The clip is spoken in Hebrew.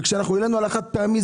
כשהעלינו על החד פעמי,